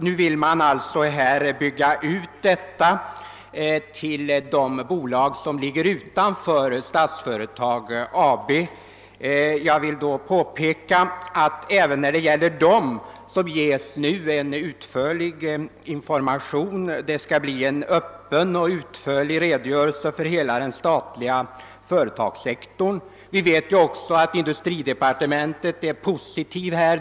Nu vill man alltså bygga ut insynsmöjligheten till de bolag som ligger utanför Statsföretag AB. Jag vill då påpeka att det redan i nuläget när det gäller de företagen ges en utförlig information. Det skall bli en öppen och utförlig redogörelse för hela den statliga företagssektorn. Vi vet ju också att industridepartementet ställer sig positivt till att lämna öppen information.